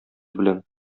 белән